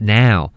now